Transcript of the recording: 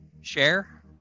share